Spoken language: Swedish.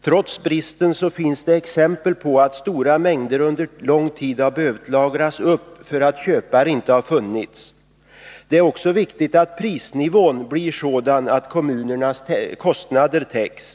Trots bristen på papper finns det exempel på att stora mängder under lång tid har måst lagras upp, eftersom det inte har funnits köpare. Det är för det andra också viktigt att prisnivån blir sådan att kommunernas kostnader täcks.